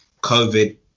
COVID